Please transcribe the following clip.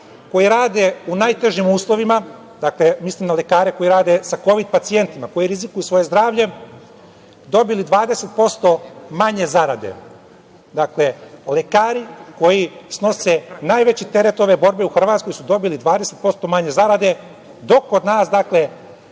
koji rade u najtežim uslovima, mislim na lekare koji rade sa kovid pacijentima, koji rizikuju svoje zdravlje, dobili 20% manje zarade. Dakle, lekari koji snose najveći teret ove borbe u Hrvatskoj, dobili su 20% manje zarade, dok kod nas plate